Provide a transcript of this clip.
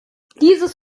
dieses